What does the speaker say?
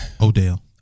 Odell